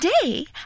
Today